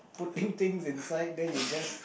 putting thing inside then you just